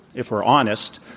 if we're honest,